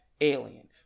alien